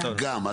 גם.